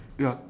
ya